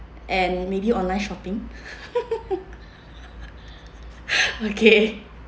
and maybe online shopping okay